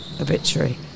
obituary